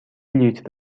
لیتر